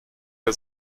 der